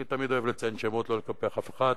אני תמיד אוהב לציין שמות, לא לקפח אף אחד.